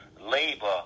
labor